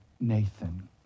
Nathan